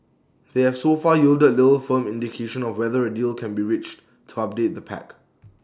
they have so far yielded little firm indication of whether A deal can be reached to update the pact